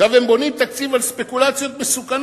עכשיו, הם בונים תקציב על ספקולציות מסוכנות,